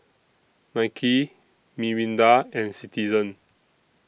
Nike Mirinda and Citizen